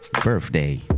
birthday